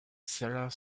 cellar